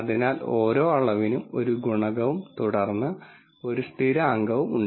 അതിനാൽ ഓരോ അളവിനും 1 ഗുണകവും തുടർന്ന്₂ 1 സ്ഥിരാങ്കവും ഉണ്ട്